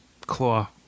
Claw